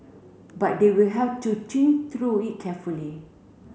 but they will have to think through it carefully